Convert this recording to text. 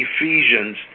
Ephesians